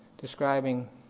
describing